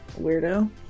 Weirdo